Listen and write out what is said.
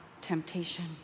temptation